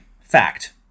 Fact